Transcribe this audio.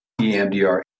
EMDR